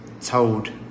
told